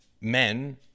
men